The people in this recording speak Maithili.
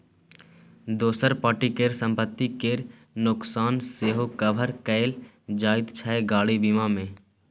दोसर पार्टी केर संपत्ति केर नोकसान सेहो कभर कएल जाइत छै गाड़ी बीमा मे